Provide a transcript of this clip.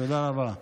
תודה רבה.